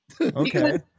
Okay